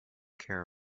care